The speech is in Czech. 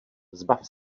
zbav